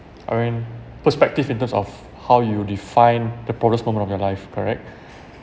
or in perspective in terms of how you define the proudest moment of your life correct